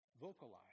vocalize